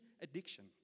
addiction